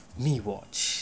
meWATCH